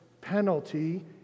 penalty